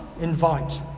invite